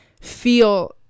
feel